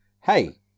hey